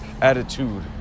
attitude